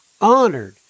honored